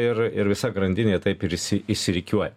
ir ir visa grandinė taip ir išsi išsirikiuoja